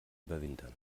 überwintern